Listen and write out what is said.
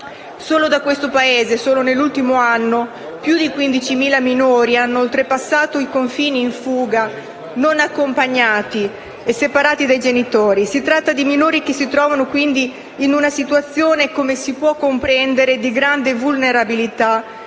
Solo da questo Paese e solo nell'ultimo anno più di 15.000 minori hanno oltrepassato i confini in fuga non accompagnati e separati dai genitori. Si tratta di minori che si trovano, quindi, in una situazione - come si può comprendere - di grande vulnerabilità